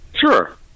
Sure